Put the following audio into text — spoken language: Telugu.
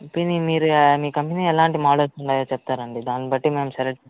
కంపెనీ మీరే మీ కంపెనీ ఎలాంటి మోడల్స్ ఉన్నాయో చెప్తారా అండి దాన్ని బట్టి మేం సెలెక్ట్